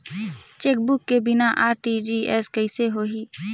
Chequebook के बिना RTGS कइसे होही?